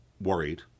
worried